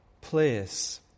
place